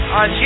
on